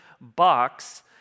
box